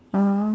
(uh huh)